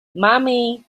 mommy